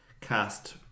cast